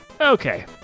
okay